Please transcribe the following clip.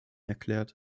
erklärt